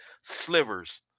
slivers